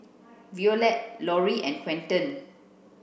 Violetta Lorri and Quinten